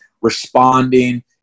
responding